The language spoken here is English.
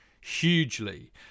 hugely